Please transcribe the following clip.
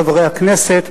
חברי הכנסת,